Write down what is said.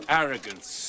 arrogance